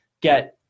get –